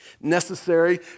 necessary